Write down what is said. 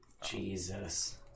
Jesus